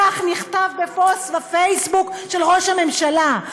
כך נכתב בפוסט בפייסבוק של ראש הממשלה.